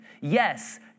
Yes